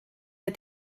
der